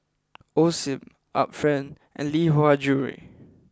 Osim Art Friend and Lee Hwa Jewellery